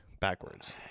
backwards